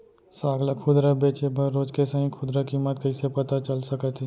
साग ला खुदरा बेचे बर रोज के सही खुदरा किम्मत कइसे पता चल सकत हे?